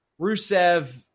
Rusev